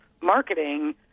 marketing